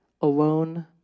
alone